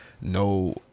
No